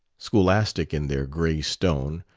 scholastic in their gray stone,